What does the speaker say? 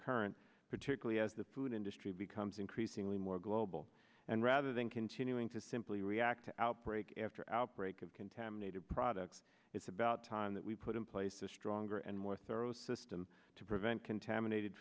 current particularly as the food industry becomes increasingly more global and rather than continuing to simply react to outbreak after outbreak of contaminated products it's about time that we put in place a stronger and more thorough system to prevent contaminated